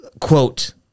quote